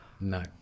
No